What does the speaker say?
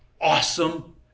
awesome